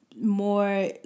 More